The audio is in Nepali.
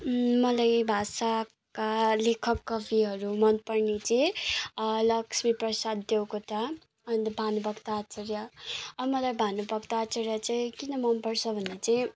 मलाई भाषाका लेखक कविहरू मनपर्ने चाहिँ लक्ष्मीप्रसाद देवकोटा अनि भानुभक्त आचार्य मलाई भानुभक्त आचार्य चाहिँ किन मनपर्छ भने चाहिँ